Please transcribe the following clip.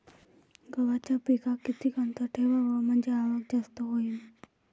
गव्हाच्या पिकात किती अंतर ठेवाव म्हनजे आवक जास्त होईन?